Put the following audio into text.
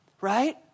Right